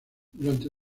durante